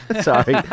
Sorry